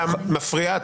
אתה מפריע.